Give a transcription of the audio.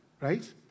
right